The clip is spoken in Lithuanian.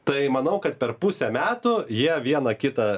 tai manau kad per pusę metų jie vieną kitą